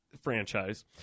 franchise